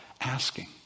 asking